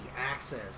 access